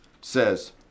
says